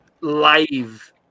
live